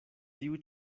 tiu